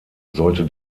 sollte